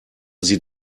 sie